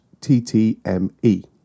ttme